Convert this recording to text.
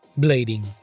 blading